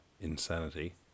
insanity